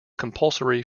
compulsory